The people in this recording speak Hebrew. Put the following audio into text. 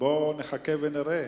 בוא נחכה ונראה.